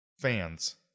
fans